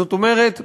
זאת אומרת,